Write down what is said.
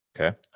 Okay